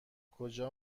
کجا